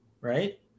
right